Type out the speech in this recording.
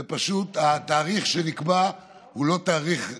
ופשוט התאריך שנקבע הוא לא תאריך ריאלי.